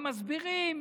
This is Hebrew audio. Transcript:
ומסבירים,